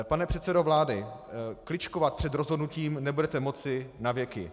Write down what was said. Pane předsedo vlády, kličkovat před rozhodnutím nebudete moci na věky.